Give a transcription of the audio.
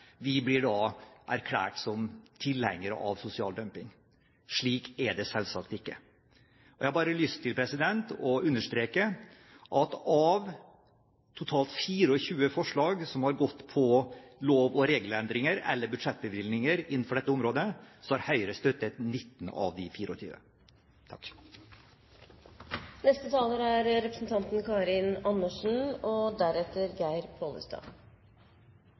blir erklært som tilhengere av sosial dumping. Slik er det selvsagt ikke. Jeg har bare lyst til å understreke at av totalt 24 forslag som har gått på lov- og regelendringer eller budsjettbevilgninger innenfor dette området, har Høyre støttet 19. Dette er en uhyre viktig debatt om noe av